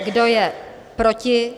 Kdo je proti?